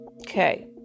okay